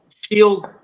shield